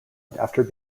after